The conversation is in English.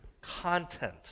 content